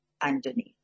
underneath